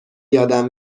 یادم